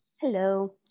Hello